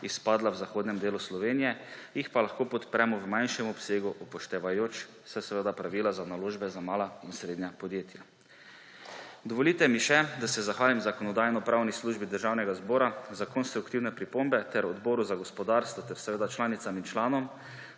izpadla v zahodnem delu Slovenije, jih pa lahko podpremo v manjšem obsegu, upoštevajoč seveda pravila za naložbe za mala in srednja podjetja. Dovolite mi še, da se zahvalim Zakonodajno-pravni službi Državnega zbora za konstruktivne pripombe ter Odboru za gospodarstvo ter seveda članicam in članom